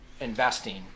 investing